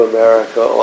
America